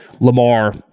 Lamar